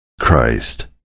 Christ